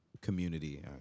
community